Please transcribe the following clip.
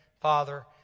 Father